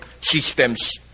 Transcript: systems